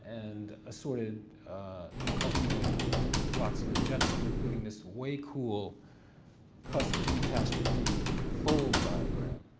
and assorted cultural flotsam and jetsam, including this way cool cusp catastrophe fold diagram.